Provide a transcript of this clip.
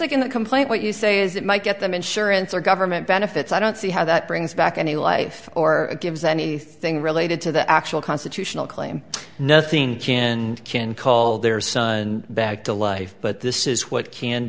like in the complaint what you say is that might get them insurance or government benefits i don't see how that brings back any life or gives anything related to the actual constitutional claim nothing can and can call their son back to life but this is what can